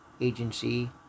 agency